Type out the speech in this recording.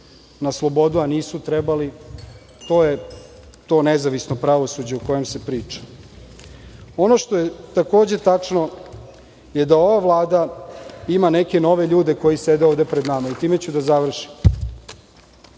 na slobodu, a nisu trebali. To je to nezavisno pravosuđe o kojem se priča. Ono što je, takođe, tačno je da ova Vlada ima neke nove ljude koji sede ovde pred nama. I time ću da